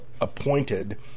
appointed